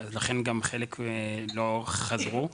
לכן גם חלק לא חזרו.